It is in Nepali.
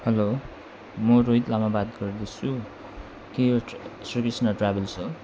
हेलो म रोहित लामा बात गर्दैछु के यो श्री कृष्ण ट्राभल्स हो